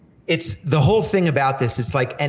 it's the whole thing about this is like, and